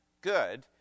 good